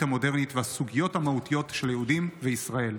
המודרנית והסוגיות המהותיות של יהודים וישראל.